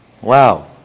wow